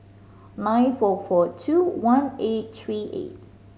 nine four four two one eight three eight